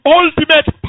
ultimate